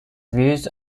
views